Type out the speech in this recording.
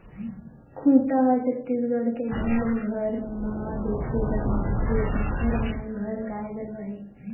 खूटा ह छत्तीसगढ़ के घरो घर म देखे बर मिलथे जिखर मन घर गाय गरुवा हे